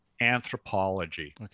anthropology